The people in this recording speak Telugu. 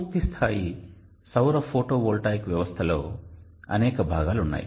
పూర్తి స్థాయి సౌర ఫోటోవోల్టాయిక్ వ్యవస్థలో అనేక భాగాలు ఉంటాయి